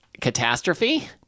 catastrophe